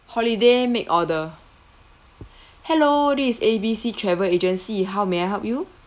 holiday make order hello this is A_B_C travel agency how may I help you